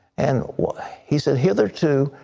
and he said hitherto,